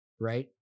Right